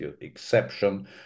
exception